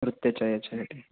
नृत्याच्या याच्यासाठी